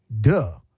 Duh